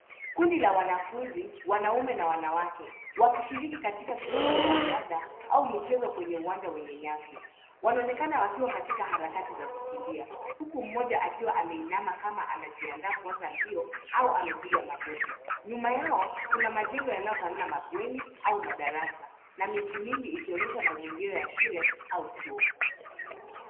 Kundi la wanafunzi, wanaume na wanawake wakishiriki karika shughuli ya riadha au michezo kwenye uwanja wenye nyasi. Wanaonekana wako katika harakati za kukimbia huku mmoja akiwa aminama kama anajiaanda kuanza mbio ama amepiga magoti. Nyuma yao kuna majengo yanayofanana mabweni au madarasa na miti mingi ikionyesha mazingira ya shule au chuo.